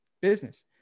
business